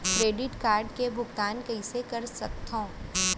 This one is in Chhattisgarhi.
क्रेडिट कारड के भुगतान कईसने कर सकथो?